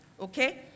okay